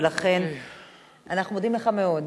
ולכן אנחנו מודים לך מאוד.